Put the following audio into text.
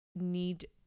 need